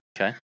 Okay